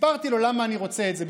סיפרתי לו למה אני רוצה את זה,